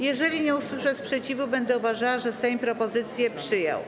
Jeżeli nie usłyszę sprzeciwu, będę uważała, że Sejm propozycję przyjął.